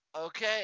okay